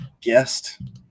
guest